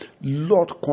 Lord